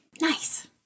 nice